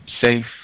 safe